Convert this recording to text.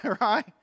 right